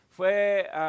Fue